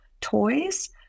toys